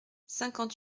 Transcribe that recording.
cinquante